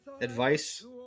advice